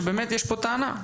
שבאמת יש פה טענה,